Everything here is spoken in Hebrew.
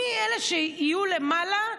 מי אלה שיהיו למעלה.